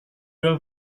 dua